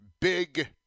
Big